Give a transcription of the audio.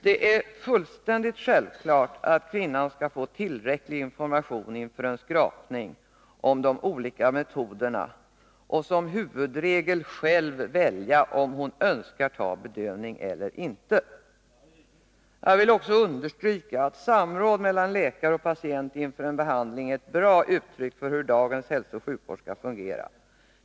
Det är fullkomligt självklart att kvinnan inför en skrapning skall få tillräcklig information om de olika metoderna och som huvudregel själv välja om hon önskar ta bedövning eller inte. Jag vill understryka att samråd mellan läkare och patient inför en behandling är ett bra uttryck för hur dagens hälsooch sjukvård skall fungera.